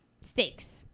stakes